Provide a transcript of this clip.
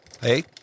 Hey